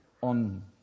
on